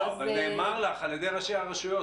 אבל נאמר לך על ידי ראשי הרשויות